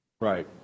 Right